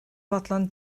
fodlon